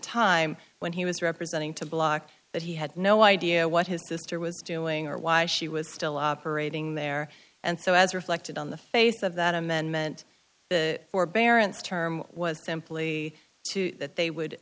time when he was representing to block but he had no idea what his sister was doing or why she was still operating there and so as reflected on the face of that amendment the forbearance term was simply that they would